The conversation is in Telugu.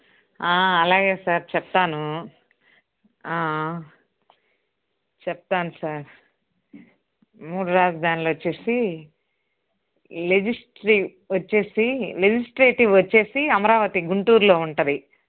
అలాగే సార్ చెప్తాను చెప్తాను సార్ మూడు రాజధానులు వచ్చేసి లెజిస్ట్రీవ్ వచ్చేసి లెజిస్ట్రేటివ్ వచ్చేసి అమరావతీ గుంటూరులో ఉంటుంది